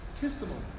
testimony